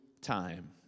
time